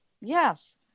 Yes